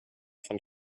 von